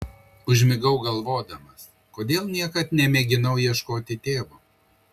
užmigau galvodamas kodėl niekad nemėginau ieškoti tėvo